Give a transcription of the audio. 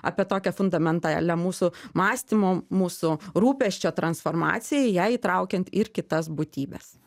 apie tokią fundamentalią mūsų mąstymo mūsų rūpesčio transformaciją į ją įtraukiant ir kitas būtybes